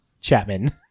Chapman